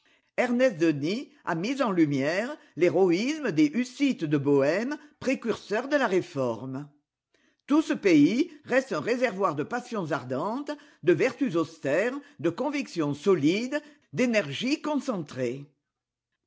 ernest denis a mis en lumière l'héroïsme des hussites de bohême précurseurs de la réforme tout ce pays reste un réservoir de passions ardentes de vertus austères de convictions solides d'énergies concentrées